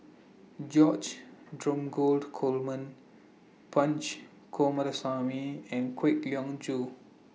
George Dromgold Coleman Punch Coomaraswamy and Kwek Leng Joo